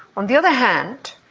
on the other hand,